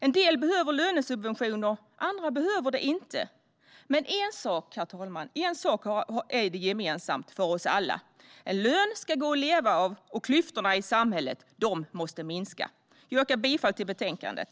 En del behöver lönesubventioner, andra behöver det inte. Men en sak är gemensam för oss alla, nämligen att det ska gå att leva på en lön och att klyftorna i samhället måste minska. Jag yrkar bifall till förslaget i betänkandet.